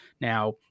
Now